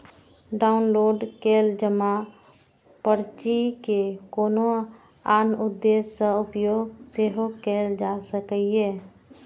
download कैल जमा पर्ची के कोनो आन उद्देश्य सं उपयोग सेहो कैल जा सकैए